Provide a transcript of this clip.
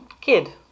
kid